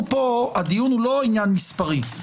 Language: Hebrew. הדיון הוא לא עניין מספרי.